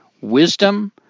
wisdom